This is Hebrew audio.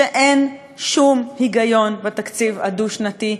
שאין שום היגיון בתקציב הדו-שנתי,